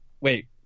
wait